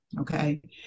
okay